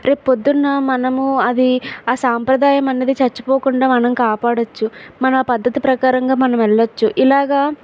రేపు పొద్దున్న మనము అది ఆ సాంప్రదాయం అన్నది చచ్చిపోకుండా మనం కాపాడచ్చు మన పద్ధతి ప్రకారంగా మనం వెళ్ళచ్చు ఇలాగా